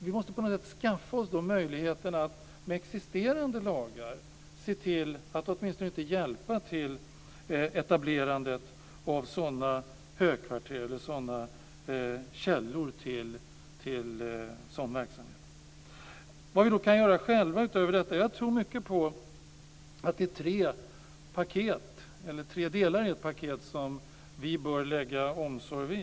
Vi måste skaffa oss möjligheterna att med existerande lagar se till att åtminstone inte hjälpa till med etablerandet av sådana högkvarter eller källor till sådan verksamhet. Vad kan vi själva då göra utöver detta? Jag tror mycket på att det är tre delar i ett paket som vi bör lägga omsorg vid.